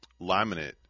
laminate